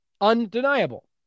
Undeniable